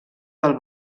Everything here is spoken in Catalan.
del